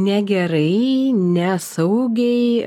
negerai nesaugiai